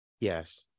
Yes